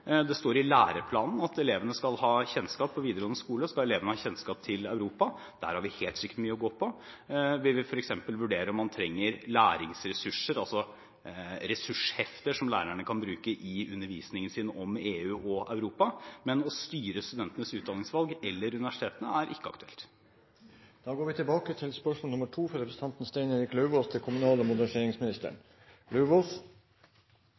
Det står i læreplanen for videregående skole at elevene skal ha kjennskap til Europa. Der har vi helt sikkert mye å gå på. Vi vil f.eks. vurdere om man trenger læringsressurser, altså ressurshefter som lærerne kan bruke i undervisningen sin om EU og Europa. Men å styre studentenes utdanningsvalg eller universitetene er ikke aktuelt. Vi går tilbake til spørsmål 2. Jeg stiller følgende spørsmål til kommunal- og moderniseringsministeren: